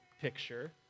picture